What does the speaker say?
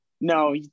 no